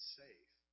safe